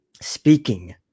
Speaking